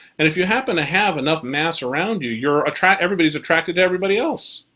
and if you happen to have enough mass around you, you're attracted. everybody's attracted everybody else.